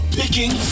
picking